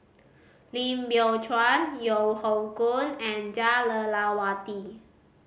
Lim Biow Chuan Yeo Hoe Koon and Jah Lelawati